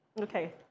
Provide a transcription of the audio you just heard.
Okay